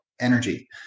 energy